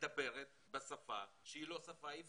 שבסוף אתה צריך לבדוק מה צרכי הלקוח